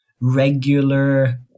regular